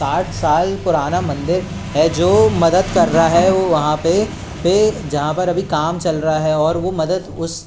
साठ साल पुराना मंदिर है जो मदद कर रहा है वो वहाँ पे पे जहाँ पर अभी काम चल रहा है और वो मदद उस